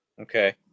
okay